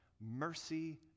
Mercy